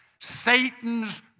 Satan's